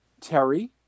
Terry